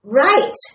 right